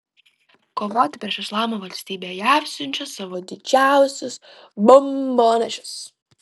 kovoti prieš islamo valstybę jav siunčia savo didžiausius bombonešius